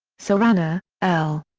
ceranna, l.